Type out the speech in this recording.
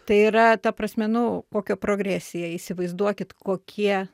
tai yra ta prasme nu kokia progresija įsivaizduokit kokie